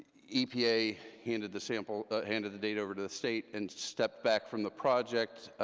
epa handed the sample, handed the data over to the state, and stepped back from the project.